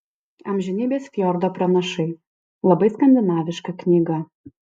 amžinybės fjordo pranašai labai skandinaviška knyga